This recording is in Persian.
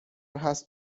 هست